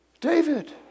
David